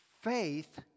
faith